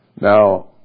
Now